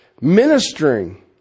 ministering